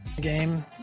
Game